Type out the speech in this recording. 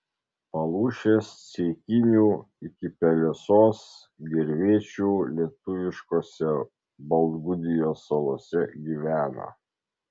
palūšės ceikinių iki pelesos gervėčių lietuviškose baltgudijos salose gyvena